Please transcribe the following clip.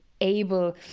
able